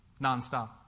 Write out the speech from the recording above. nonstop